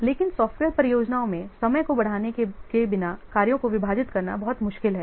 लेकिन सॉफ्टवेयर परियोजनाओं में समय को बढ़ाने के बिना कार्यों को विभाजित करना बहुत मुश्किल है